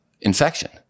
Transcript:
infection